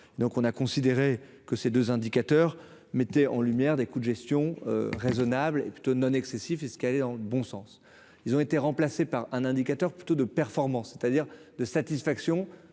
donc on a considéré que ces 2 indicateurs, mettait en lumière des coûts de gestion raisonnable et plutôt non excessif et ce qu'dans le bon sens, ils ont été remplacés par un indicateur plutôt de performance, c'est-à-dire de satisfaction